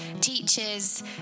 teachers